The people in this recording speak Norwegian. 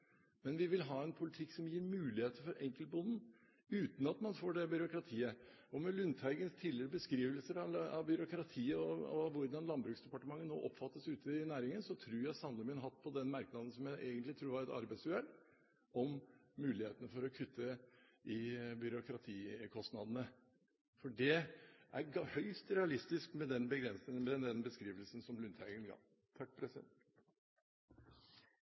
Men vi vil ha en politikk som gir muligheter for enkeltbonden uten at man får dette byråkratiet. Med Lundteigens tidligere beskrivelser av byråkratiet og hvordan Landbruksdepartementet nå oppfattes ute i næringen, tror jeg sannelig min hatt på den merknaden som jeg egentlig trodde var et arbeidsuhell, om muligheten for å kutte i byråkratikostnadene, for det er høyst realistisk med den beskrivelsen som Lundteigen ga.